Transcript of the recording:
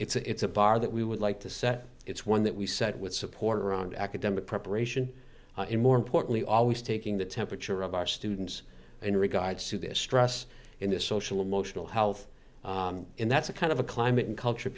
it's a bar that we would like to set it's one that we set with support around academic preparation and more importantly always taking the temperature of our students in regards to their stress in their social emotional health and that's a kind of a climate and culture